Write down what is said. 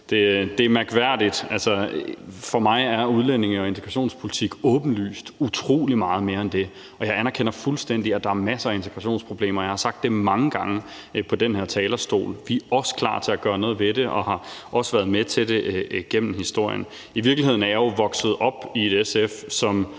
Det er mærkværdigt. Altså, for mig er udlændinge- og integrationspolitik åbenlyst utrolig meget mere end det. Jeg anerkender fuldstændig, at der er masser af integrationsproblemer, og jeg har sagt det mange gange fra den her talerstol. Vi er også klar til at gøre noget ved det og har også været med til det gennem historien. I virkeligheden er jeg jo vokset op i et SF, som